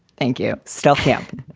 thank you. still camp.